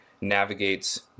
navigates